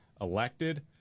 elected